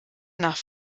nach